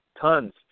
Tons